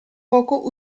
poco